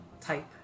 type